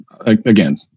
again